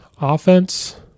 offense